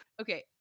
Okay